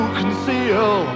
conceal